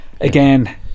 again